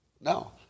No